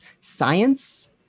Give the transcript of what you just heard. science